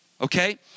Okay